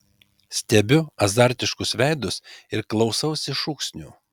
stebiu azartiškus veidus ir klausausi šūksnių